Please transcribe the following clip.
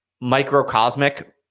microcosmic